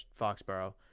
Foxborough